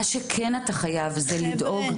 מה שכן אתה חייב זה לדאוג --- חבר'ה,